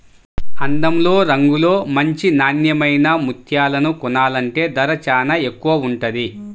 అందంలో, రంగులో మంచి నాన్నెమైన ముత్యాలను కొనాలంటే ధర చానా ఎక్కువగా ఉంటది